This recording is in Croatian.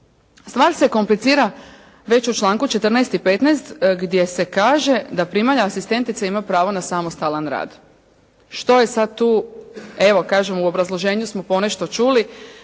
Stvar se komplicira već u članku 14. i 15. gdje se kaže da primalja asistentica ima pravo na samostalan rad. Što je sad tu, evo kažem u obrazloženju smo ponešto čuli,